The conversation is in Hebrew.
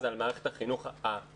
זה על מערכת החינוך הספציפית.